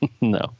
No